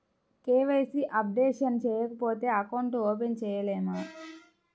KYC updation చేయకపోతే account open చేయలేమా?